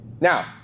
Now